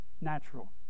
natural